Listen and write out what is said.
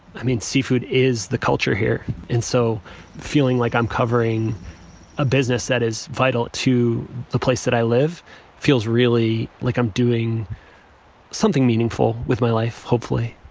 i mean, seafood is the culture here. and so feeling like i'm covering a business that is vital to the place that i live feels really like i'm doing something meaningful with my life, hopefully